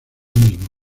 mismo